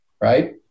right